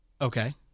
Okay